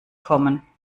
kommen